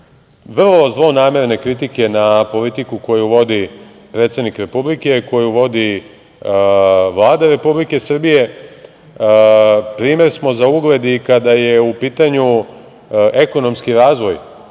vrlo zlonamerne kritike na politiku koju vodi predsednik Republike, koju vodi Vlada Republike Srbije. Primer smo za ugled i kada je u pitanju ekonomski razvoj,